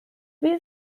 wie